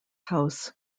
house